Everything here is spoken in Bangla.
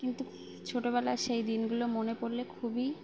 কিন্তু ছোটোবেলা সেই দিনগুলো মনে পড়লে খুবই